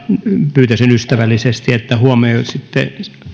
pyytäisin ystävällisesti että huomioisitte